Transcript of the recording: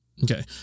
Okay